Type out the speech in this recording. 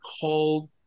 called